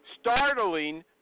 startling